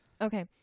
Okay